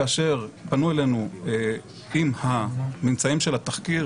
כאשר פנו אלינו עם הממצאים של התחקיר